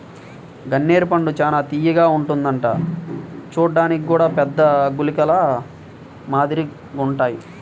గన్నేరు పండు చానా తియ్యగా ఉంటదంట చూడ్డానికి గూడా పెద్ద గుళికల మాదిరిగుంటాయ్